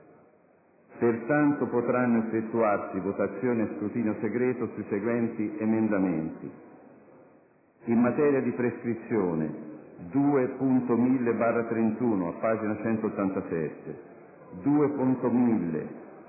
Pertanto potranno effettuarsi votazioni a scrutinio segreto sui seguenti emendamenti: - in materia di prescrizione: 2.1000/31 (pag. 187); 2.1000/33